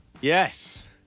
Yes